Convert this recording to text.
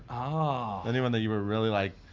ah anyone that you were really like,